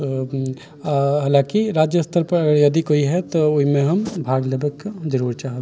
तऽ हाँलाकि राज्य स्तर पर यदि कोइ है तऽ ओहिमे हम भाग लेबैके जरुर चाहब